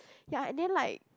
ya and then like